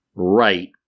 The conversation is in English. Right